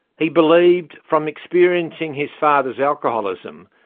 he believed, from experiencing his father's alcoholism,